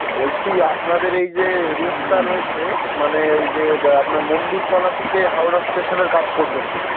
বলছি আপনাদের এই যে রুটটা রয়েছে মানে ওই যে আপনার মন্দিরতলা থেকে হাওড়া স্টেশনের কাছ পর্যন্ত